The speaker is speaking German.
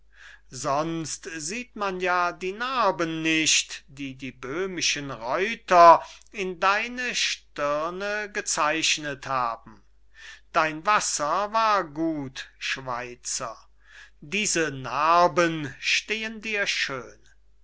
sonst sieht man ja die narben nicht die die böhmischen reuter in deine stirne gezeichnet haben dein wasser war gut schweizer diese narben stehen dir schön